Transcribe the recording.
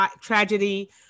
tragedy